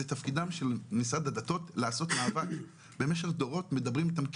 תפקידם של משרד הדתות לעשות מאבק במשך דורות מדברים איתם,